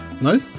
no